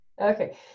Okay